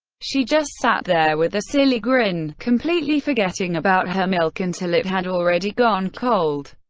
she just sat there with a silly grin, completely forgetting about her milk until it had already gone cold.